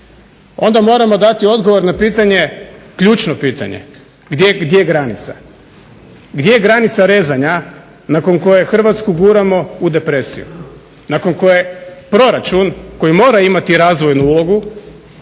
onda moramo dati odgovor na pitanje, ključno pitanje gdje je granica. Gdje je granica rezanja nakon koje Hrvatsku guramo u depresiju, nakon koje proračun koji mora imati razvojnu ulogu